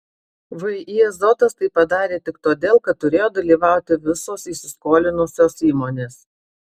vį azotas tai padarė tik todėl kad turėjo dalyvauti visos įsiskolinusios įmonės